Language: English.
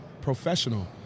professional